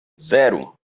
zero